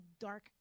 dark